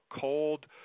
cold